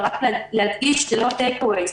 אבל רק להדגיש: זה לא טייק אוויי.